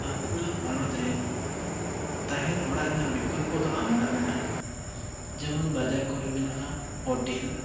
ᱵᱟᱸᱠᱩᱲᱟ ᱦᱚᱱᱚᱛ ᱨᱮ ᱛᱟᱦᱮᱱ ᱚᱲᱟᱜ ᱨᱮᱱᱟᱜ ᱵᱤᱠᱚᱞᱯᱚᱫᱚ ᱟᱢᱫᱟ ᱢᱮᱱᱟᱜᱼᱟ ᱡᱮᱢᱚᱱ ᱵᱟᱡᱟᱨ ᱠᱚᱨᱮ ᱢᱮᱱᱟᱜᱼᱟ ᱦᱚᱴᱮᱞ